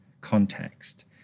context